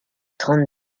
trente